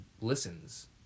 listens